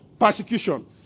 persecution